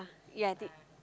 ya I did